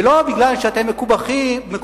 ולא מפני שאתם מקופחים,